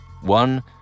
one